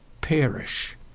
perish